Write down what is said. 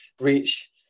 reach